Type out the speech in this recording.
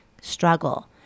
struggle